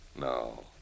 No